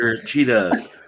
cheetah